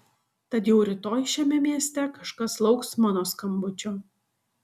tad jau rytoj šiame mieste kažkas lauks mano skambučio